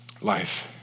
life